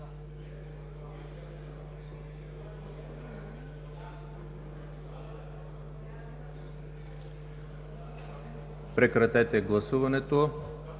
Прекратете гласуването